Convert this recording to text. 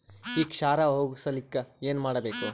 ಈ ಕ್ಷಾರ ಹೋಗಸಲಿಕ್ಕ ಏನ ಮಾಡಬೇಕು?